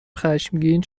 خشمگین